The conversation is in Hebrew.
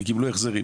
וקיבלו החזרים.